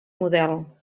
model